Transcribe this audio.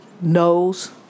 knows